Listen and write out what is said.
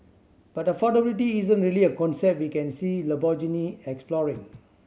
but affordability isn't really a concept we can see Lamborghini exploring